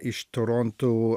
iš toronto